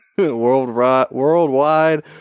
Worldwide